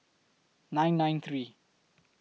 nine nine three